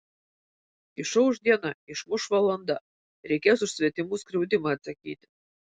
išauš diena išmuš valanda reikės už svetimų skriaudimą atsakyti